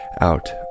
out